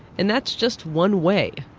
and that's just one way.